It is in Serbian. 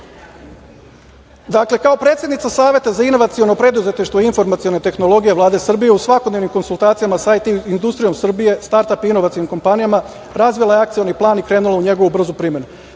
kao predsednica Saveta za inovaciono preduzetništvo i informacione tehnologije Vlade Srbije u svakodnevnim konsultacijama sa IT industrijom Srbije, startap inovacionim kompanijama razvila je akcioni plan i krenula u njegovu brzu primenu. Srbija